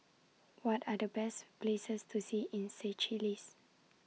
What Are The Best Places to See in Seychelles